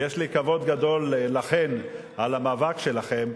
ויש לי כבוד גדול לכן על המאבק שלכן,